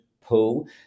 pool